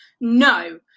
No